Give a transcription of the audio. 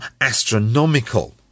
astronomical